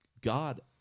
God